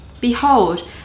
Behold